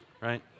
right